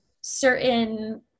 certain